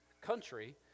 country